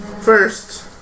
First